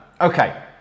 okay